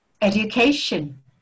education